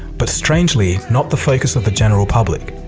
but strangely not the focus of the general public.